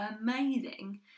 amazing